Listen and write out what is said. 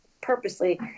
purposely